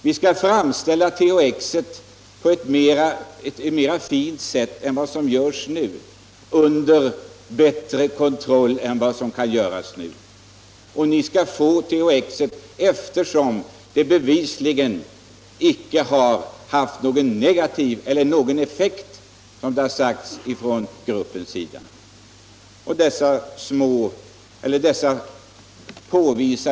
Vi skall framställa THX på ett bättre sätt och under bättre kontroll än vad som sker nu. Ni skall få THX, eftersom det inte haft någon negativ effekt, eller — som expertgruppen sagt — någon effekt.